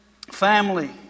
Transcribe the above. family